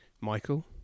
Michael